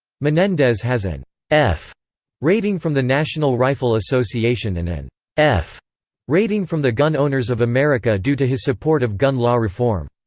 menendez has an f rating from the national rifle association and an f rating from the gun owners of america due to his support of gun law reform.